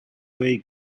way